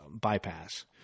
bypass